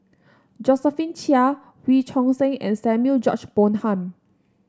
Josephine Chia Wee Choon Seng and Samuel George Bonham